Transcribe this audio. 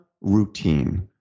routine